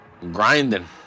grinding